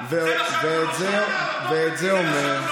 ואת זה עושה,